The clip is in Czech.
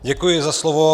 Děkuji za slovo.